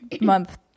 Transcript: month